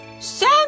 Sam